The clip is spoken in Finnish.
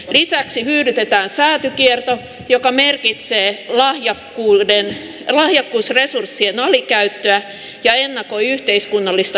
lisäksi hyydytetään säätykierto joka merkitsee lahjakkuusresurssien alikäyttöä ja ennakoi yhteiskunnallista levottomuutta